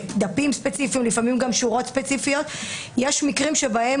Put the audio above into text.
ודפים ספציפיים לפעמים גם שורות ספציפיות - יש מקרים שבהם